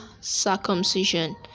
circumcision